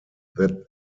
that